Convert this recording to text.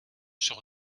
sur